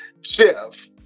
Chef